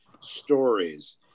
stories